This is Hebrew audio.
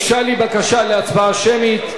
רבותי, הוגשה לי בקשה להצבעה שמית.